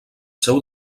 seu